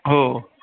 हो